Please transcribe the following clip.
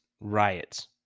riots